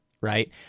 right